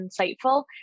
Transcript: insightful